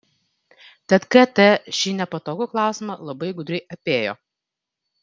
tad kt šį nepatogų klausimą labai gudriai apėjo